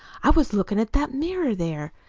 i was looking at that mirror there,